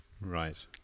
Right